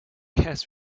has